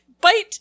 bite